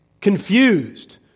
confused